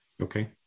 okay